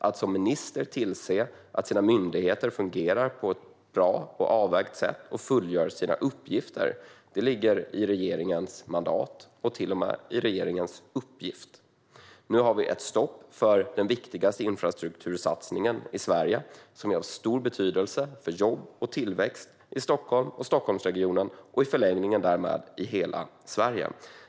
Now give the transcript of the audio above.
Att som minister tillse att ens myndigheter fungerar på ett bra och avvägt sätt och fullgör sina uppgifter ligger inom regeringens mandat och ingår till med i regeringens uppgift. Nu har vi ett stopp för den viktigaste infrastruktursatsningen i Sverige, som är av stor betydelse för jobb och tillväxt i Stockholm och Stockholmsregionen och i förlängningen därmed i hela Sverige.